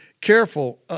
careful